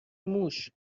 موش